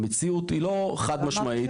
המציאות היא לא חד משמעית.